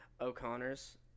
o'connor's